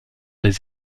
les